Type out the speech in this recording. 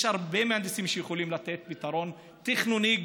יש הרבה מהנדסים שיכולים לתת פתרון תכנוני,